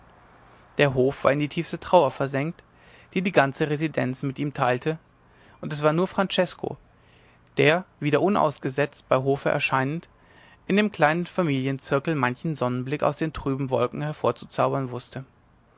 der hof war in die tiefste trauer versenkt die die ganze residenz mit ihm teilte und es war nur francesko der wieder unausgesetzt bei hofe erscheinend in dem kleinen familienzirkel manchen sonnenblick aus den trüben wolken hervorzuzaubern wußte